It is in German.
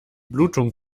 blutung